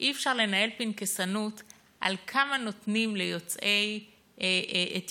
אי-אפשר לנהל פנקסנות על כמה נותנים ליוצאי אתיופיה,